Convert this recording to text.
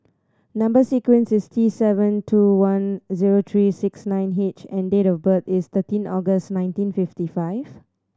number sequence is T seven two one zero three six nine H and date of birth is thirteen August nineteen fifty five